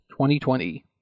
2020